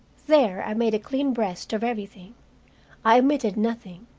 there i made a clean breast of everything i omitted nothing.